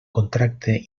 contracte